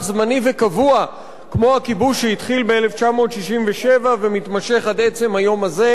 זמני וקבוע כמו הכיבוש שהתחיל ב-1967 ומתמשך עד עצם היום הזה,